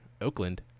Oakland